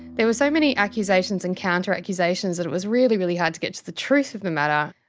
there were so many accusations and counter accusations that it was really, really hard to get to the truth of the matter.